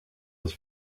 het